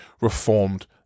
reformed